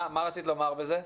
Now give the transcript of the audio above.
מה רצית לומר בזה?